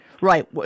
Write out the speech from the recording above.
Right